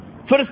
First